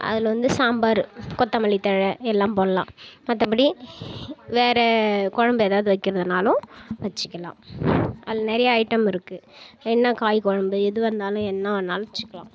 அதில் வந்து சாம்பார் கொத்தமல்லி தழை எல்லாம் போடலாம் மற்றபடி வேற குழம்பு எதாவது வைக்கிறதுனாலும் வைச்சிக்கிலாம் அதில் நிறையா ஐட்டம் இருக்குது என்ன காய் குழம்பு எதுவாக இருந்தாலும் என்ன வேணுணாலும் வச்சுக்கிலாம்